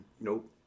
nope